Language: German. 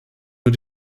nur